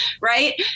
Right